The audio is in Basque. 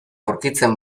aurkitzen